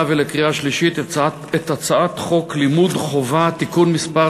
ולקריאה שלישית את הצעת חוק לימוד חובה (תיקון מס'